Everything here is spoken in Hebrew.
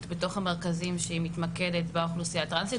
בתוך המרכזים שמתמקדת באוכלוסייה הטרנסית?